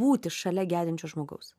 būti šalia gedinčio žmogaus